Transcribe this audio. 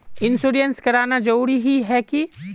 Insurance कराना जरूरी ही है की?